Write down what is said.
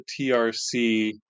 TRC